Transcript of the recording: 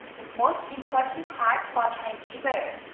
the most important part for thai people,